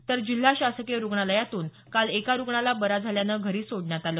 तर जिल्हा शासकीय रुग्णालयातून काल एका रुग्णाला बरा झाल्यानं घरी सोडण्यास आलं